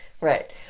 right